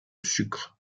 sucres